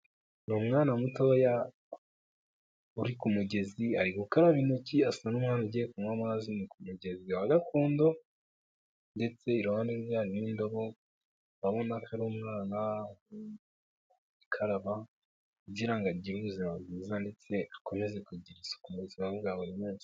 Ni umwana mutoya uri ku mugezi ari gukaraba intoki asa n'umwana ugiye kunywa amazi ku mugezi wa gakondo ndetse iruhande rwe hari n'indobo, urabona ko ari umwana ugiye gukaraba kugira ngo agire ubuzima bwiza ndetse akomeze kugira isuku mu buzima bwe bwa buri munsi.